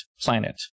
planet